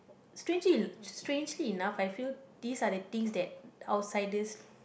strangely strangely enough I feel this are the things that outsiders